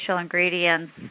ingredients